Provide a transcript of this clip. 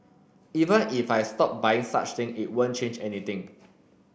even if I stop buying such thing it won't change anything